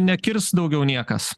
nekirs daugiau niekas